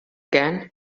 again